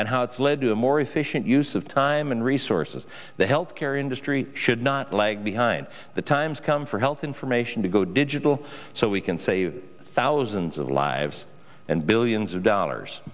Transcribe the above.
and how it's led to a more efficient use of time and resources the health care industry should not leg behind the times come for health information to go digital so we can save thousands of lives and billions of dollars